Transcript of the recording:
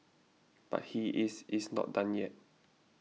but he is is not done yet